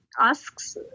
asks